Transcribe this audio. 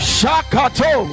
Shakato